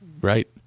right